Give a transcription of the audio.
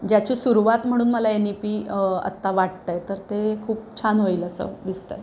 ज्याची सुरवात म्हणून मला एन ई पी आत्ता वाटतं आहे तर ते खूप छान होईल असं दिसतं आहे